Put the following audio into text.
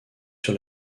sur